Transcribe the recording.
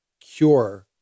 Cure